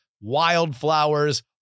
wildflowers